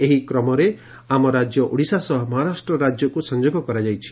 ଏହି କ୍ରମରେ ଆମ ରାଜ୍ୟ ଓଡିଶା ସହ ମହାରାଷ୍ଟ ରାଜ୍ୟକୁ ସଂଯୋଗ କରାଯାଇଛି